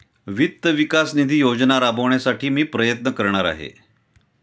वित्त विकास निधी योजना राबविण्यासाठी मी प्रयत्न करणार आहे